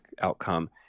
outcome